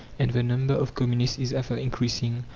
and the number of communists is ever increasing,